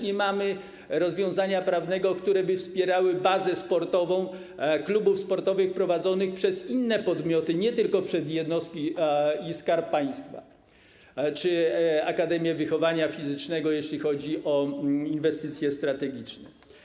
Nie mamy też rozwiązania prawnego, które by wspierało bazę sportową klubów sportowych prowadzonych przez inne podmioty, nie tylko przez jednostki i Skarb Państwa czy Akademię Wychowania Fizycznego, jeśli chodzi o inwestycje strategiczne.